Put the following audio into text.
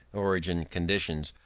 origin, conditions,